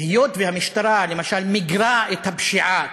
היות שהמשטרה למשל מיגרה את הפשיעה,